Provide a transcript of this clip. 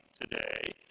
today